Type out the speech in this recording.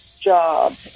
job